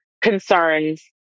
concerns